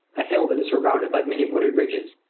a hill that is surrounded by many wooded ridges.